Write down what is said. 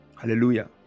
Hallelujah